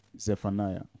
Zephaniah